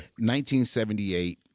1978